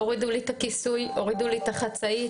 הורידו לי את הכיסוי, הורידו לי את החצאית.